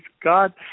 God